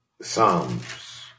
Psalms